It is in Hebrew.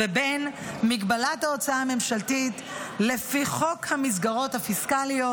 ובין מגבלת ההוצאה הממשלתית לפי חוק המסגרות הפיסקליות,